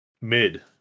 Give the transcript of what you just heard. Mid